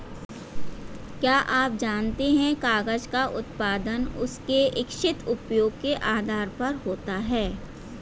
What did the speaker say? क्या आप जानते है कागज़ का उत्पादन उसके इच्छित उपयोग के आधार पर होता है?